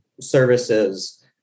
services